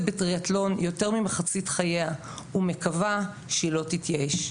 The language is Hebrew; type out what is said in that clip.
בטריאתלון יותר ממחצית חייה ומקווה שהיא לא תתייאש.